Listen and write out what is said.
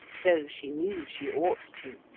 though she knew she ought to.